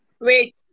Wait